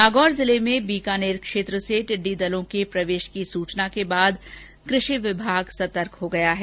नागौर जिले में बीकानेर क्षेत्र से टिड्डी दलों के प्रवेश करने की सूचना के बाद जिले में कृषि विभाग सतर्क हो गया है